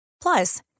Plus